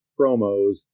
promos